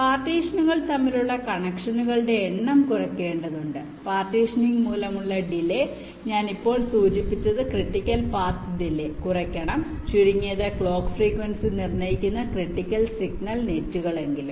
പാർട്ടീഷനുകൾ തമ്മിലുള്ള കണക്ഷനുകളുടെ എണ്ണം കുറയ്ക്കേണ്ടതുണ്ട് പാർട്ടീഷനിങ് മൂലമുള്ള ഡിലെ ഞാൻ ഇപ്പോൾ സൂചിപ്പിച്ചത് ക്രിട്ടിക്കൽ പാത്ത് ഡിലെ കുറയ്ക്കണം ചുരുങ്ങിയത് ക്ലോക്ക് ഫ്രേക്വീൻസി നിർണ്ണയിക്കുന്ന ക്രിട്ടിക്കൽ സിഗ്നൽ നെറ്റുകളെങ്കിലും